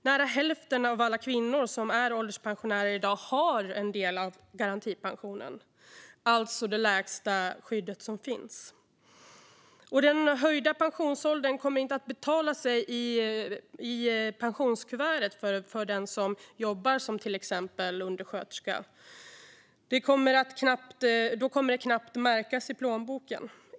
Nära hälften av alla kvinnor som är ålderspensionärer i dag har del av garantipensionen, alltså det lägsta skyddet som finns. Den höjda pensionsåldern kommer inte heller att betala sig i pensionskuvertet för den som jobbar som exempelvis undersköterska. Den kommer knappt att märkas i plånboken.